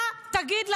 מה תגיד לחטופים?